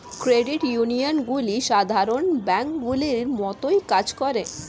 credit ইউনিয়নগুলি সাধারণ ব্যাঙ্কগুলির মতোই কাজ করে